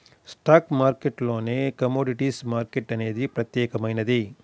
stock మార్కెట్టులోనే commodities market అనేది ప్రత్యేకమైనది